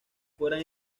fueran